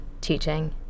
teaching